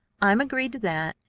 i'm agreed to that.